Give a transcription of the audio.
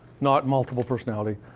not multiple personality.